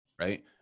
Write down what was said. right